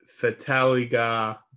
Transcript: Fataliga